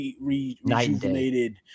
rejuvenated